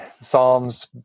Psalms